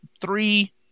three